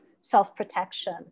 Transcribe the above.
self-protection